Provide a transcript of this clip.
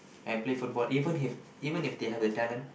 and play football even if even if they have the talent